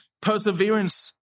perseverance